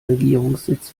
regierungssitz